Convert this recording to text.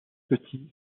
petits